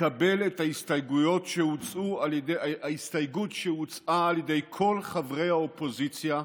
לקבל את ההסתייגות שהוצעה על ידי כל חברי האופוזיציה,